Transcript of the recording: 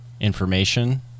information